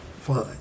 fine